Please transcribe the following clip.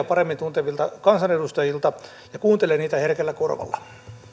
paremmin tuntevilta kansanedustajilta ja kuuntelee niitä herkällä korvalla